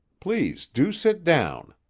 please do sit down!